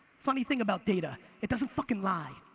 funny thing about data, it doesn't fucking lie.